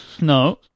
No